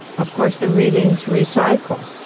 of course, the readings recycle.